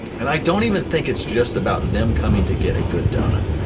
and i don't even think it's just about them coming to get a good donut,